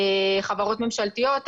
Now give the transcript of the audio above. חברות ממשלתיות,